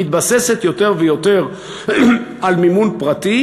מתבססת יותר ויותר על מימון פרטי.